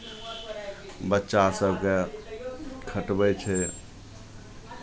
बच्चा सभकेँ खटबै छै